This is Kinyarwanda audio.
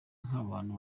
nk’abantu